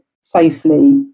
safely